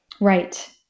Right